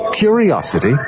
Curiosity